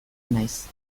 naiz